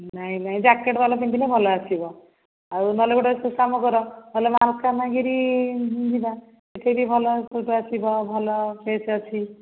ନାଇ ନାଇ ଜ୍ୟାକେଟ୍ ବାଲା ପିନ୍ଧିଲେ ଭଲ ଆସିବ ଆଉ ନହେଲେ ଗୋଟେ କାମ କର ନହେଲେ ମାଲକାନଗିରି ଯିବା ସେଠି ଭଲ ପୋଜ୍ ଆସିବ ଭଲ ପ୍ଲେସ୍ ଅଛି